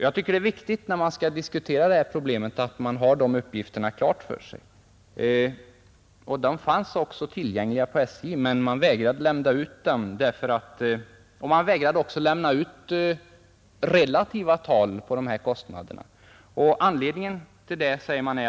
Jag tycker att det är viktigt, när man skall diskutera det här problemet, att man har dessa uppgifter klara för sig. De finns också tillgängliga hos SJ, men man vägrar där att lämna ut dem. Man vägrar också lämna ut relativa tal på dessa kostnader — av konkurrensskäl, säger man.